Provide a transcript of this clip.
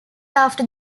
after